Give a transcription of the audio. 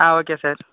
ah okay sir